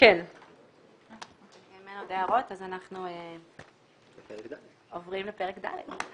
אם אין עוד הערות, אז אנחנו עוברים לפרק ד'.